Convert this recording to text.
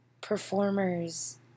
performers